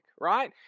right